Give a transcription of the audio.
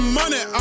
money